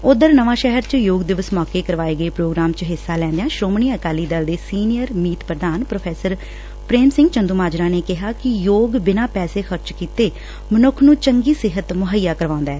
ਊਧਰ Nawanshahr ਚ ਯੋਗ ਦਿਵਸ ਮੌਕੇ ਕਰਵਾਏ ਗਏ ਪੌਗਰਾਮ ਚ ਹਿੱਸਾ ਲੈਦਿਆ ਸ੍ਰੋਮਣੀ ਅਕਾਲੀ ਦਲ ਦੇ ਸੀਨੀਅਰ ਮੀਤ ਪ੍ਰਧਾਨ ਪ੍ਰੋ ਪ੍ਰੇਮ ਸਿੰਘ ਚੰਦੁਮਾਜਰਾ ਨੇ ਕਿਹਾ ਕਿ ਯੋਗ ਬਿਨਾ ਪੈਸੇ ਖਰਚ ਕੀਤੇ ਮਨੁੱਖ ਨੁੰ ਚੰਗੀ ਸਿਹਤ ਮੁੱਹਈਆ ਕਰਵਾਉਂਦਾ ਏ